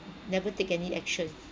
never take any action